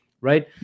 Right